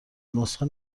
نسخه